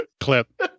Clip